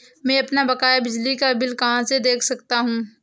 मैं अपना बकाया बिजली का बिल कहाँ से देख सकता हूँ?